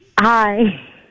Hi